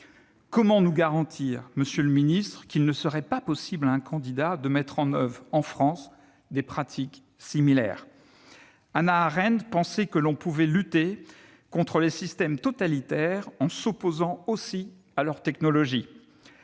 Comment nous garantir, monsieur le secrétaire d'État, qu'il ne serait pas possible à un candidat de mettre en oeuvre, en France, des pratiques similaires ? Hannah Arendt pensait que l'on pouvait lutter contre les systèmes totalitaires en s'opposant aussi à leurs technologies.